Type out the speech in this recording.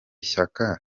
shyaka